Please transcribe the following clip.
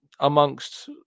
amongst